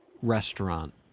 restaurant